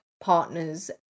partners